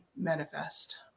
manifest